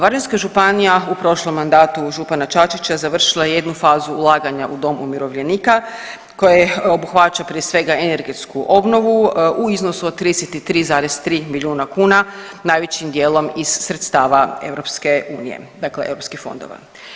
Varaždinska županija u prošlom mandatu župana Čačića završila je jednu fazu ulaganja u dom umirovljenika koje obuhvaća prije svega energetsku obnovu u iznosu od 33,3 milijuna kuna najvećim dijelom iz sredstava EU, dakle EU fondova.